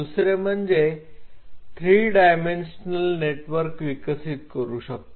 दुसरे म्हणजे 3 dimensional network विकसित करू शकतो